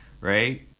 right